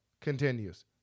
continues